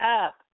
up